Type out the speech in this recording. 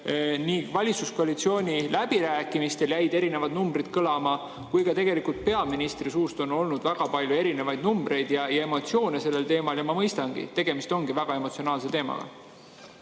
Valitsuskoalitsiooni läbirääkimistel jäi erinevaid numbreid kõlama ning ka peaministri suust on kuulda olnud väga palju erinevaid numbreid ja emotsioone sellel teemal. Ja ma mõistan, et tegemist ongi väga emotsionaalse teemaga.